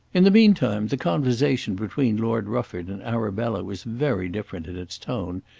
in the meantime, the conversation between lord rufford and arabella was very different in its tone,